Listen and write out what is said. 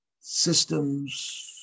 systems